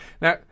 Now